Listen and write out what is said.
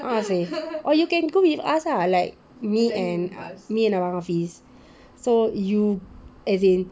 ah seh or you can go with us lah like me and uh me and hafiz so you as in